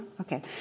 Okay